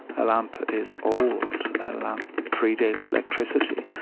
a lamp is old. a lamp predates electricity.